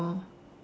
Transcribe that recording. oh